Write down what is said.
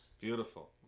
Beautiful